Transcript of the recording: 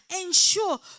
Ensure